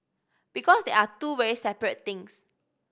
because they are two very separate things